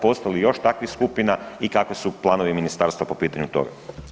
Postoji li još takvih skupina i kakvi su planovi Ministarstva po pitanju toga?